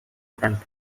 front